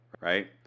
right